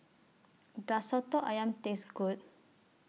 Does Soto Ayam Taste Good